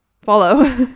Follow